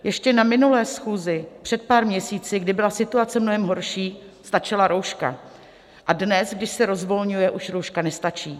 Ještě na minulé schůzi před pár měsíci, kdy byla situace mnohem horší, stačila rouška, a dnes, když se rozvolňuje, už rouška nestačí.